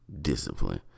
discipline